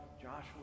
Joshua